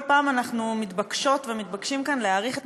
כל פעם אנחנו מתבקשות ומתבקשים כאן להאריך את